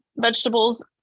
vegetables